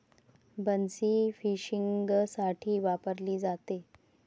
बन्सी फिशिंगसाठी वापरली जाते